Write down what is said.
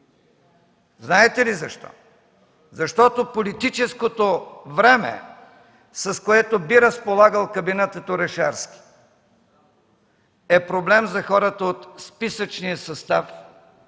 Знаете ли защо? Защото политическото време, с което би разполагал кабинетът Орешарски, е проблем за хората от списъчния състав